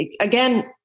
again